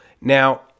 Now